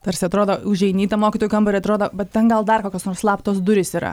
tarsi atrodo užeini į tą mokytojų kambarį atrodo bet ten gal dar kokios nors slaptos durys yra